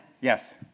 yes